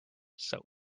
soap